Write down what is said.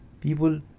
people